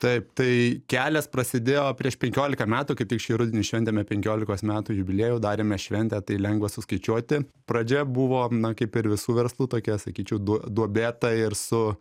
taip tai kelias prasidėjo prieš penkioliką metų kaip tik šį rudenį šventėme penkiolikos metų jubiliejų darėme šventę tai lengva suskaičiuoti pradžia buvo na kaip ir visų verslų tokia sakyčiau duo duobėta ir su